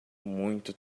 muito